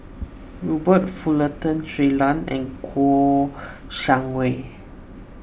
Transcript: Robert Fullerton Shui Lan and Kouo Shang Wei